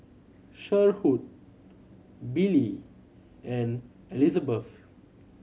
Sherwood Billy and Elizebeth